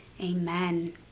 amen